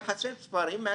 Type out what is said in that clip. ספרים מהשרופים.